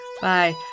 Bye